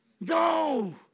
No